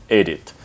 edit